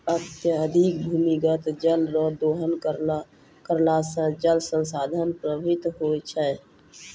अत्यधिक भूमिगत जल रो दोहन करला से जल संसाधन प्रभावित होय छै